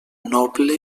noble